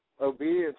obedience